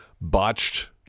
botched